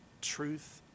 truth